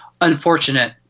unfortunate